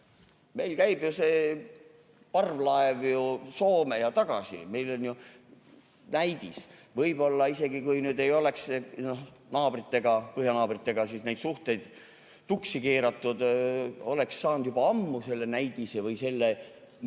Meil käib ju parvlaev Soome ja tagasi, meil on ju näide. Võib-olla kui ei oleks naabritega, põhjanaabritega suhteid tuksi keeratud, oleks saanud juba ammu selle näidise või selle, kuidas see